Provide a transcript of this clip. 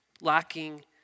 Lacking